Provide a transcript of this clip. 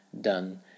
done